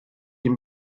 ihm